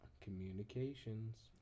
communications